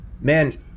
man